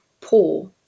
poor